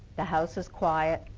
the house is quiet,